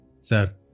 Sir